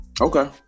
Okay